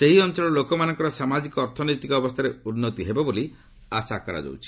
ସେହି ଅଞ୍ଚଳର ଲୋକମାନଙ୍କର ସାମାଜିକ ଅର୍ଥନୈତିକ ଅବସ୍ଥାରେ ଉନ୍ନତି ହେବ ବୋଲି ଆଶା କରାଯାଉଛି